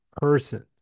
person